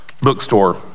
bookstore